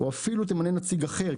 או אפילו תמנה נציג אחר.